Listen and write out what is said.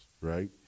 right